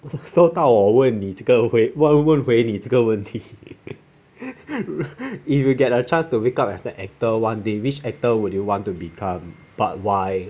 so 到我问你这个回我回问你这个问题 if you get a chance to wake up as an actor one day which actor will you want to become but why